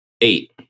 eight